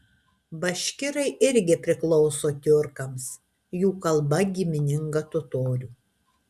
baškirai irgi priklauso tiurkams jų kalba gimininga totorių